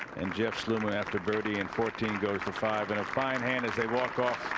and jeff sluman after thirty and fourteen go to five and fine hand. it's a walk-off